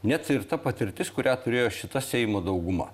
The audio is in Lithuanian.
net ir ta patirtis kurią turėjo šita seimo dauguma